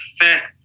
effect